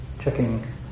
checking